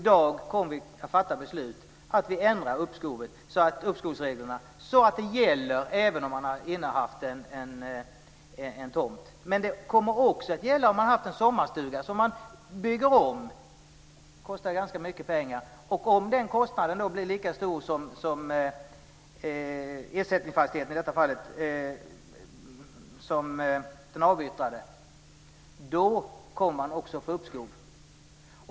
I dag kommer vi att fatta beslut om att ändra uppskovsreglerna, så att de gäller även om man har innehaft en tomt. Det kostar ganska mycket pengar.